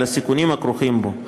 על הסיכונים הכרוכים בו.